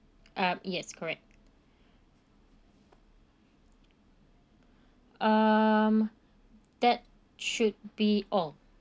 uh yes correct um that should be all